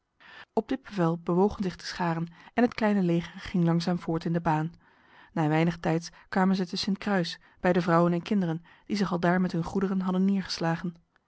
op dit bevel bewogen zich de scharen en het kleine leger ging langzaam voort in de baan na weinig tijds kwamen zij te sint kruis bij de vrouwen en kinderen die zich aldaar met hun goederen hadden